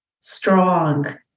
strong